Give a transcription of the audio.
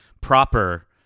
proper